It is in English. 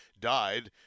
died